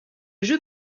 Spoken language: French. jeu